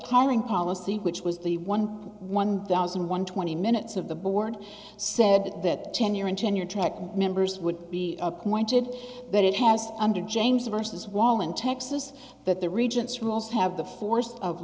calling policy which was the one one thousand one twenty minutes of the board said that tenure and tenure track members would be appointed that it has under james versus wall in texas that the regents rules have the force of